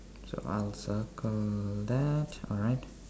so I'll circle that alright